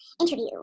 interview